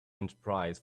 enterprise